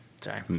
Sorry